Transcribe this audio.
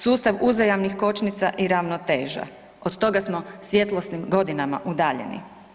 Sustav uzajamnih kočnica i ravnoteža, od toga smo svjetlosnim godinama udaljeni.